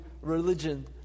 religion